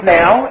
now